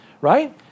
Right